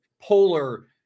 polar